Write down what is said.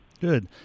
Good